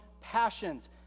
passions